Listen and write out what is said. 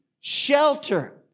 shelter